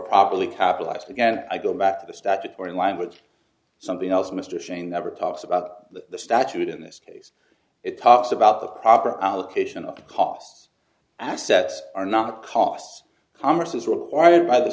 properly capitalized again i go back to the statutory language something else mr shane never talks about the statute in this case it talks about the proper allocation of costs assets are not costs congress is required by the